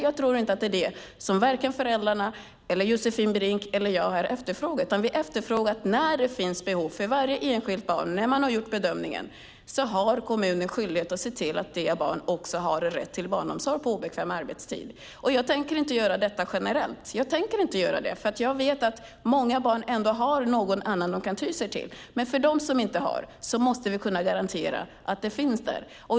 Jag tror inte att det är det som vare sig föräldrarna, Josefin Brink eller jag efterfrågar. När man har gjort bedömningen att det finns behov för ett barn har kommunen skyldighet att se till att barnet har rätt till barnomsorg på obekväm arbetstid. Jag tänker inte göra detta generellt. Jag vet att många barn har någon att ty sig till. För dem som inte har det måste vi garantera att det finns.